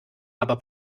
aber